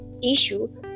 issue